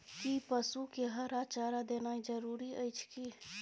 कि पसु के हरा चारा देनाय जरूरी अछि की?